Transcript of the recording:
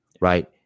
right